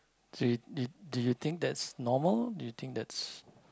so you you do you think that's normal do you think that's